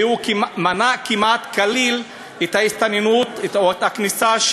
והוא מנע כמעט כליל את ההסתננות או את הכניסה,